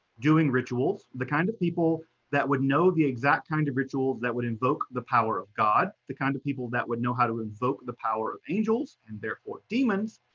doing rituals, the kind of people that would know the exact kind of rituals that would invoke the power of god, the kind of people that would know how to invoke the power of angels, and therefore demons,